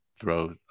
throw